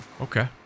Okay